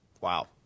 wow